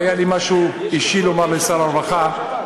היה לי משהו אישי לומר לשר הרווחה,